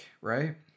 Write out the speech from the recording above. right